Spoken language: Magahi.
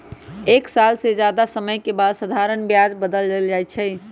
एक साल से जादे समय के बाद साधारण ब्याज बदल जाई छई